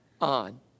on